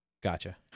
Gotcha